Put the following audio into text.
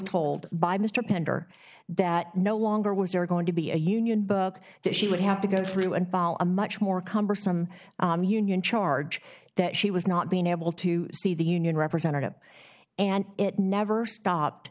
told by mr pender that no longer was or going to be a union book that she would have to go through and follow a much more cumbersome union charge that she was not being able to see the union representative and it never stopped